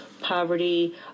poverty